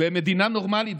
במדינה נורמלית,